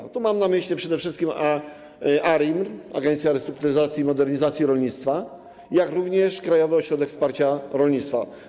Mam tu na myśli przede wszystkim ARiMR - Agencję Restrukturyzacji i Modernizacji Rolnictwa - jak również Krajowy Ośrodek Wsparcia Rolnictwa.